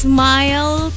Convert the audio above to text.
Smile